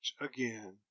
again